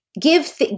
Give